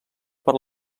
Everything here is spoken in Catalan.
per